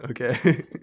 Okay